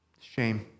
Shame